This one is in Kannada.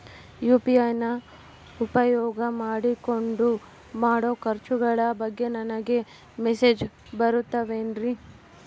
ಯು.ಪಿ.ಐ ನ ಉಪಯೋಗ ಮಾಡಿಕೊಂಡು ಮಾಡೋ ಖರ್ಚುಗಳ ಬಗ್ಗೆ ನನಗೆ ಮೆಸೇಜ್ ಬರುತ್ತಾವೇನ್ರಿ?